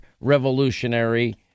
revolutionary